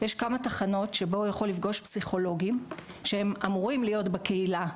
יש כמה תחנות שבו הוא יכול לפגוש פסיכולוגים שהם אמורים להיות בקהילה,